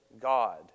God